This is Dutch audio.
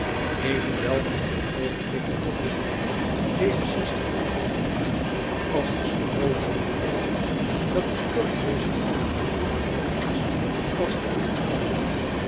evenwel komt een oogenblik dat de rukwind deze zestig voet lange ra als een stroohalm breekt dat de storm dezen vierhonderd voet hoogen mast als een riet buigt